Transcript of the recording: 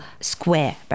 square